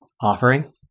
offering